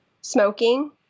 smoking